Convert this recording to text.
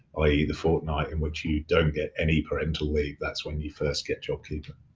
i e, the fortnight in which you don't get any parental leave, that's when you first get jobkeeper.